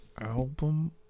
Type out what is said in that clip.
album